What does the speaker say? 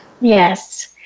Yes